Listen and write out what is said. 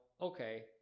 okay